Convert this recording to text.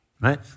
Right